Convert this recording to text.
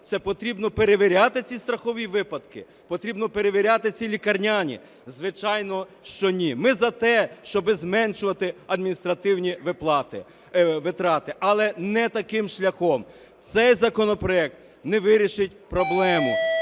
це потрібно перевіряти ці страхові випадки, потрібно перевіряти ці лікарняні. Звичайно, що ні. Ми зате, щоб зменшувати адміністративні витрати, але не таким шляхом. Цей законопроект не вирішить проблему.